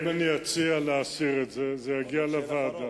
אם אני אציע להסיר את זה, זה יגיע לוועדה.